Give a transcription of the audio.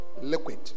liquid